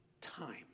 time